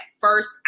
first